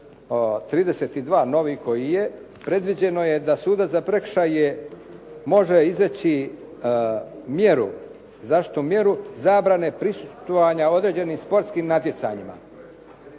32. novi koji je, predviđeno je da sudac za prekršaje može izreći mjeru, zaštitnu mjeru zabrane prisustvovanja određenim sportskim natjecanjima.